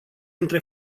între